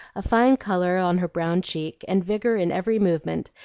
a fine color on her brown cheek, and vigor in every movement,